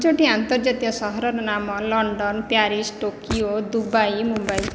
ପାଞ୍ଚୋଟି ଅନ୍ତର୍ଜାତୀୟ ସହରର ନାମ London Paris Tokyo Dubai Mumbai